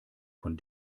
von